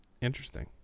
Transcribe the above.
interesting